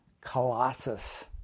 colossus